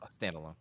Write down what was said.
standalone